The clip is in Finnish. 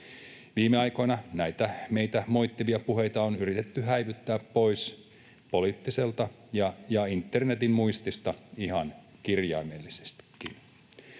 Viime aikoina näitä meitä moittivia puheita on yritetty häivyttää pois poliittisesta ja internetin muistista ihan kirjaimellisestikin.